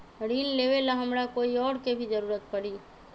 ऋन लेबेला हमरा कोई और के भी जरूरत परी?